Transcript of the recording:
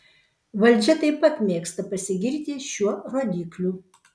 valdžia taip pat mėgsta pasigirti šiuo rodikliu